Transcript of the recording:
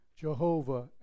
Jehovah